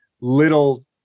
little